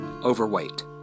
overweight